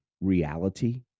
reality